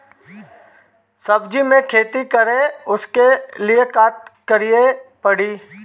सब्जी की खेती करें उसके लिए का करिके पड़ी?